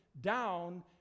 down